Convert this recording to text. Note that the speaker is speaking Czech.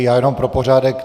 Já jenom pro pořádek.